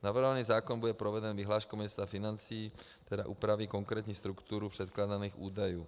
Navrhovaný zákon bude proveden vyhláškou Ministerstva financí, která upraví konkrétní strukturu předkládaných údajů.